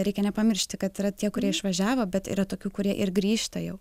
reikia nepamiršti kad yra tie kurie išvažiavo bet yra tokių kurie ir grįžta jau